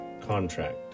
contract